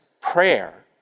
prayer